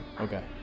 Okay